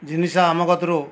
ଜିନିଷ ଆମ କତୁରୁ